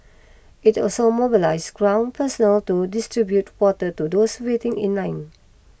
it also mobilize ground personnel to distribute water to those waiting in line